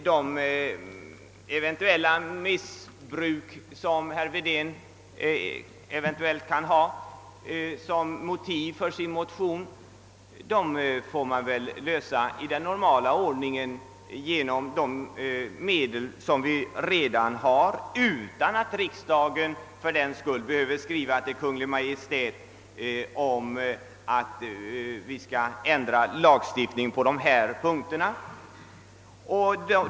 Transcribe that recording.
De eventuella missbruk som herr Wedén kan ha som motiv för sin motion får man väl bekämpa i den normala ordningen genom de medel som vi redan har, utan att riksdagen fördenskull skall behöva skriva till Kungl Maj:t om att vi skall ändra lagstiftningen på dessa punkter.